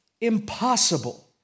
impossible